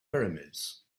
pyramids